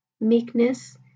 meekness